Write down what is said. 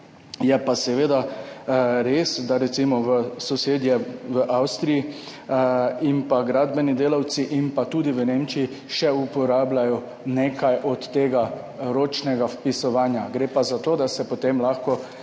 je pa seveda res, da recimo sosedje v Avstriji, pa tudi v Nemčiji, in gradbeni delavci še uporabljajo nekaj od tega ročnega vpisovanja, gre pa za to, da se potem lahko